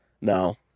No